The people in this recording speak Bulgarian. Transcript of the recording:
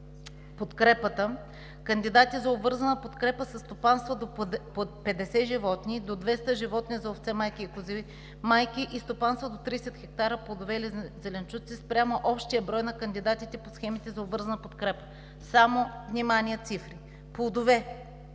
подкрепата. Кандидати за обвързана подкрепа са стопанства под 50 животни, до 200 животни за овце-майки и кози-майки и стопанства до 30 хектара плодове или зеленчуци спрямо общия брой на кандидатите по схемите за обвързана подкрепа. Само, внимание, цифри: плодове